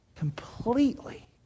completely